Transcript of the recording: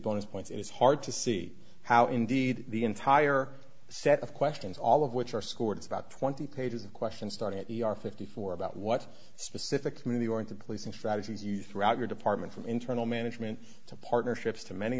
bonus points it is hard to see how indeed the entire set of questions all of which are scored is about twenty pages of questions starting at the are fifty four about what specific community or into place and strategies used throughout your department from internal management to partnerships to many